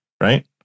right